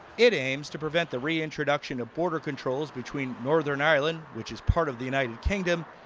it aims to prevent the reintroduction of border controls between northern ireland, which is part of the united kingdom,